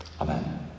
Amen